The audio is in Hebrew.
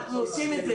אנחנו עושים את זה